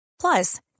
Plus